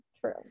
True